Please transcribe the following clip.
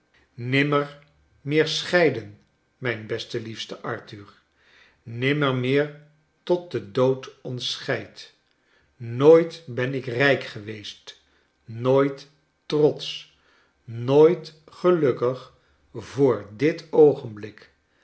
nimmer meer scheiden mijn bestey liefste arthur nimmer meer tot de dood ons scheidt nooit ben ik rijfc geweest nooit trotsch nooit gelukkig voor dit oogenblik